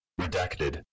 Redacted